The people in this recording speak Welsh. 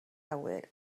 awyr